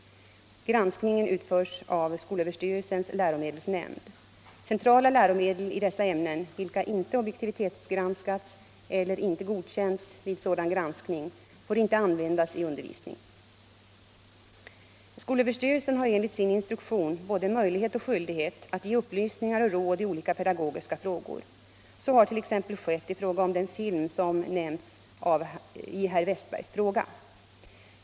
Granskningen utförs av skolöverstyrelsens läromedelsnämnd. Centrala läromedel i dessa ämnen, vilka inte objektivitetsgranskats eller inte godkänts vid sådan granskning, får inte användas i undervisningen. Skolöverstyrelsen har enligt sin instruktion både möjlighet och skyldighet att ge upplysningar och råd i olika pedagogiska frågor. Så har t.ex. skett i fråga om den film som nämnts i herr Westbergs fråga.